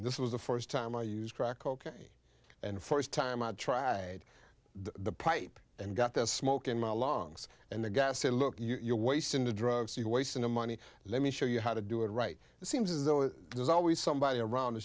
this was the first time i used crack cocaine and first time i tried the pipe and got the smoke in my lungs and the guy said look you're wasting the drugs you're wasting the money let me show you how to do it right it seems as though there's always somebody around to